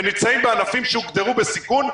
הם נמצאים בענפים שהוגדרו בסיכון,